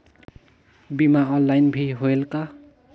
बीमा ऑनलाइन भी होयल का?